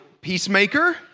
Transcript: Peacemaker